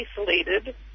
isolated